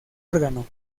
órgano